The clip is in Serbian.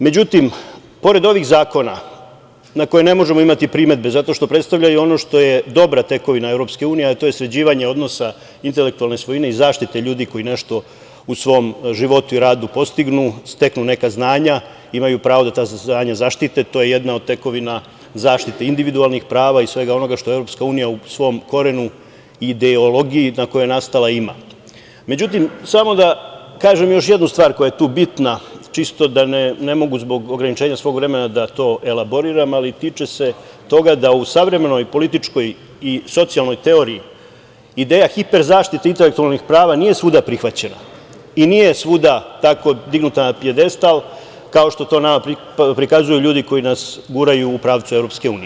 Međutim, pored ovih zakona na koje ne možemo imati primedbe, zato što predstavljaju ono što je dobra tekovina EU, a to je sređivanje odnosa intelektualne svojine i zaštite ljudi koji nešto u svom životu i radu postignu, steknu neka znanja, imaju pravo da ta saznanja zaštite, to je jedna od tekovina zaštite individualnih prava i svega onoga što je EU u svom korenu i ideologiji, na kojoj je nastala ima, samo da kažem još jednu stvar koja je tu bitna, ne mogu zbog ograničenja svog vremena da to elaboriram, ali tiče se toga da u savremenoj političkoj i socijalnoj teoriji, ideja hiper zaštite intelektualnih prava nije svuda prihvaćena i nije svuda tako dignuta na pijadestal, kao što to nama prikazuju ljudi koji nas guraju u pravcu EU.